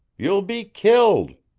you'll be killed.